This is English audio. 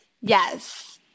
yes